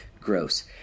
Gross